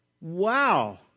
Wow